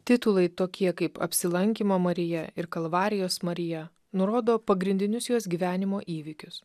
titulai tokie kaip apsilankymo marija ir kalvarijos marija nurodo pagrindinius jos gyvenimo įvykius